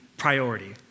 priority